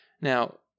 Now